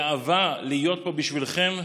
גאווה להיות פה בשבילכם.